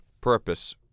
purpose